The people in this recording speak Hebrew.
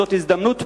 זו הזדמנות פז,